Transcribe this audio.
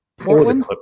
Portland